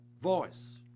voice